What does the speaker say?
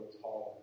taller